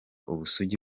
ubusugi